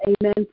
Amen